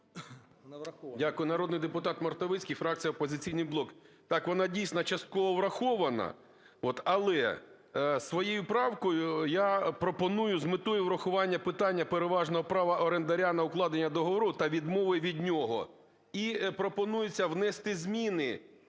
Дякую. Народний депутат Мартовицький, фракція "Опозиційний блок".